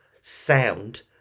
sound